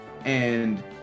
and-